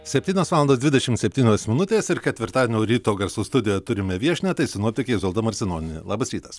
septynios valandos dvidešimt septynios minutės ir ketvirtadienio ryto garsų studijoje turime viešnią tai sinoptikė izolda marcinonienė labas rytas